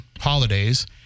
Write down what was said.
holidays